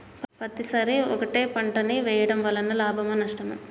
పత్తి సరి ఒకటే పంట ని వేయడం వలన లాభమా నష్టమా?